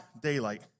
daylight